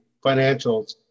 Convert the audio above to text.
financials